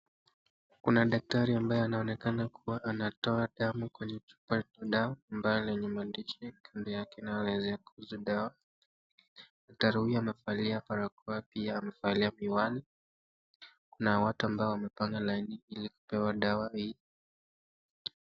Kuna daktari ambaye anaonekana kuwa anatoa damu kwenye chupa ya dawa ambayo yenye maandishi kando yake inayoelezea kuhusu dawa. Daktari huyu amevalia barakoa pia amevalia miwani. Kuna watu ambao wamepanga laini ili kupewa dawa hii.